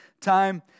time